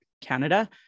Canada